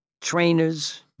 trainers